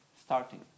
starting